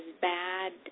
bad